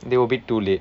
they were a bit too late